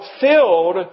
filled